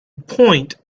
point